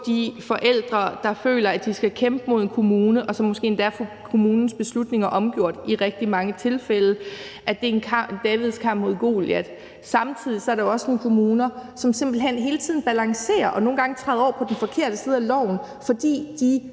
de forældre, der føler, at de skal kæmpe mod kommunen, og som måske endda i rigtig mange tilfælde får kommunens beslutninger omgjort i en Davids kamp mod Goliat, er der jo også nogle kommuner, der simpelt hen hele tiden balancerer og nogle gange træder over på den forkerte side af loven, fordi de